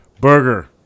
Burger